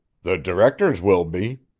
the directors will be.